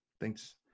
Thanks